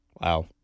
Wow